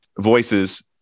voices